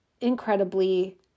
incredibly